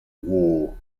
war